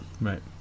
Right